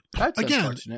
Again